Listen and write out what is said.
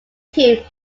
team